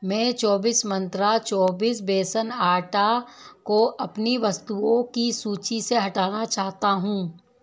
मैं चौबीस मंत्रा चौबीस बेसन आटा को अपनी वस्तुओं की सूची से हटाना चाहता हूँ